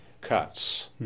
cuts